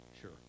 sure